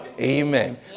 Amen